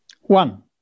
One